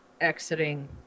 exiting